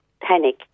panic